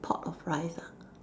pot of rice ah